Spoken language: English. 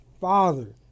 father